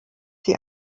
sie